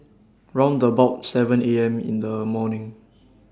round about seven A M in The morning